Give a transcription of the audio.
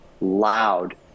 loud